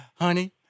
honey